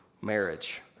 marriage